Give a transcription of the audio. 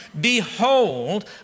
Behold